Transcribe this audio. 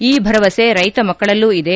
ಈ ಭರವಸೆ ರೈತ ಮಕ್ಕಳಲ್ಲೂ ಇದೆ